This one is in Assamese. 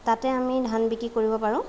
তাতে আমি ধান বিক্ৰী কৰিব পাৰোঁ